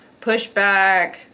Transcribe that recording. Pushback